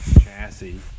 chassis